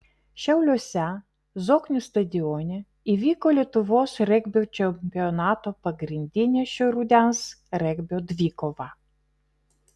šiauliuose zoknių stadione įvyko lietuvos regbio čempionato pagrindinė šio rudens regbio dvikova